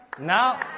Now